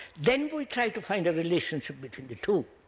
then we try to find a relationship between the two.